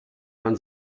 man